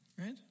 Right